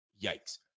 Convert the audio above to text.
yikes